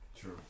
true